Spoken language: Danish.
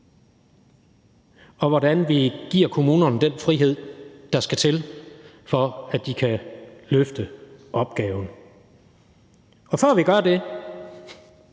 og hvordan vi giver kommunerne den frihed, der skal til, for at de kan løfte opgaven. For at vi gør det,